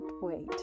wait